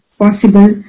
possible